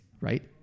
right